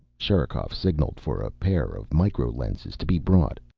sherikov signalled for a pair of micro-lenses to be brought.